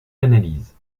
l’analyse